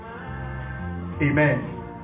amen